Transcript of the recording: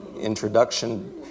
introduction